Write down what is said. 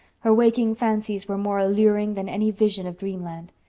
her waking fancies were more alluring than any vision of dreamland.